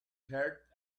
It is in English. herd